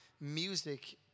music